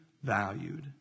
valued